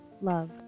Love